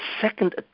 second